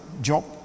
job